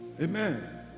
Amen